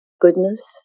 goodness